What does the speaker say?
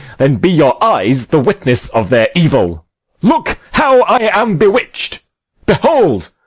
then be your eyes the witness of their evil look how i am bewitch'd behold,